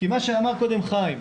כמו שאמר חבר הכנסת כץ,